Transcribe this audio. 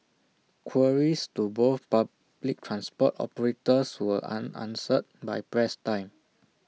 queries to both public transport operators were unanswered by press time